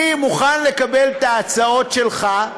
אני מוכן לקבל את ההצעות שלך,